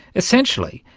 essentially,